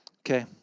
Okay